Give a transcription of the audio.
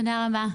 תודה רבה.